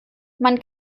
man